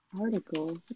article